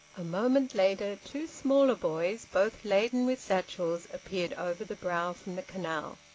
a moment later two smaller boys, both laden with satchels, appeared over the brow from the canal.